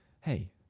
Hey